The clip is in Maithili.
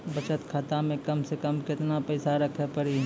बचत खाता मे कम से कम केतना पैसा रखे पड़ी?